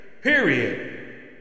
Period